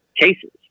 cases